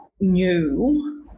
new